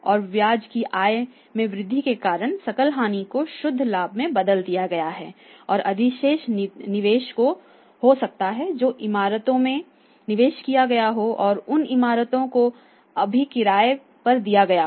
और ब्याज की आय में वृद्धि के कारण सकल हानि को शुद्ध लाभ में बदल दिया गया है या अधिशेष निवेश हो सकता है जो इमारतों में निवेश किया गया हो और उन इमारतों को अभी किराए पर दिया गया हो